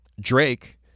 Drake